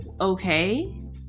okay